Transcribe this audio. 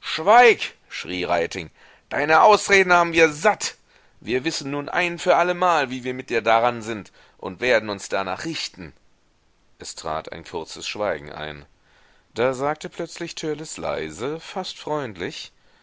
schweig schrie reiting deine ausreden haben wir satt wir wissen nun ein für allemal wie wir mit dir daran sind und werden uns danach richten es trat ein kurzes schweigen ein da sagte plötzlich törleß leise fast freundlich